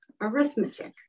arithmetic